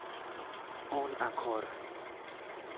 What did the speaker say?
ᱚᱞ ᱟᱠᱷᱚᱨ